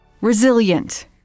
resilient